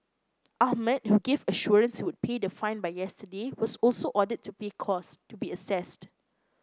ahmed who gave assurance he would pay the fine by yesterday was also ordered to pay costs to be assessed